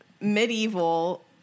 medieval